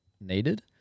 needed